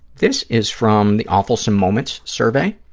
this is from the awfulsome moments survey,